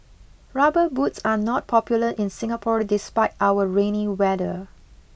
rubber boots are not popular in Singapore despite our rainy weather